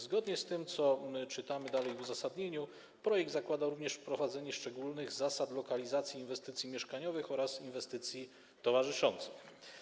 Zgodnie z tym, co czytamy dalej w uzasadnieniu, projekt zakłada również wprowadzenie szczególnych zasad lokalizacji inwestycji mieszkaniowych oraz inwestycji towarzyszących.